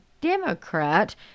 Democrat